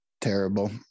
terrible